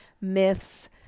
myths